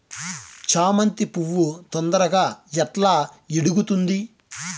చామంతి పువ్వు తొందరగా ఎట్లా ఇడుగుతుంది?